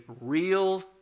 real